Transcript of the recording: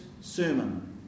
sermon